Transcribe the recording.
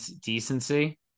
decency